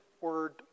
word